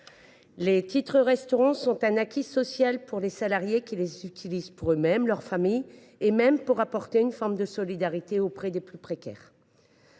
Les titres restaurant sont un acquis social pour les salariés, qui les utilisent pour eux mêmes, leur famille, et même en geste de solidarité auprès des plus précaires.